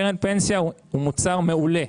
קרן פנסיה הוא מוצר מעולה.